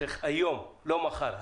צריך היום לא מחר,